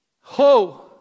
Ho